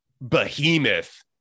behemoth